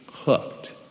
hooked